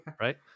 right